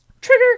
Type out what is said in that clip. trigger